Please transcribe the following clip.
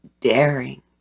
daring